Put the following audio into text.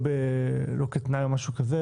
לא כתנאי או משהו כזה